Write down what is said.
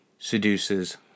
Seduces